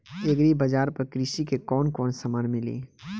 Agri बाजार पर कृषि के कवन कवन समान मिली?